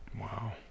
Wow